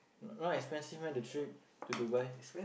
not expensive meh the trip to Dubai